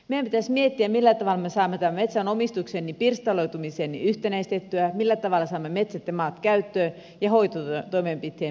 meidän pitäisi miettiä millä tavalla me saamme tämän metsänomistuksen pirstaloitumisen yhtenäistettyä millä tavalla saamme metsät ja maat käyttöön ja hoitotoimenpiteiden piiriin